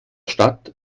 stadt